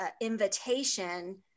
invitation